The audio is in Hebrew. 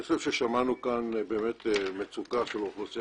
אני חושב ששמענו כאן באמת מצוקה של האוכלוסייה